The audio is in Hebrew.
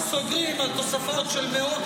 סוגרים על תוספות של מאות